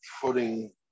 putting